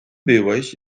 byłeś